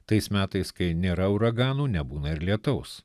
tais metais kai nėra uraganų nebūna ir lietaus